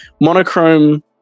monochrome